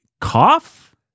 Cough